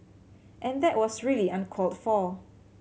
and that was really uncalled for